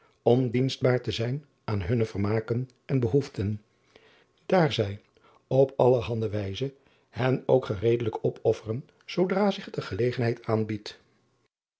om dienstbaar te zijn aan hunne vermaken en behoeften daar zij op allerhande wijzen hen ook gereedelijk opofferen zoodra zich de gelegenheid aanbiedt